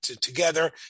together